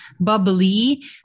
bubbly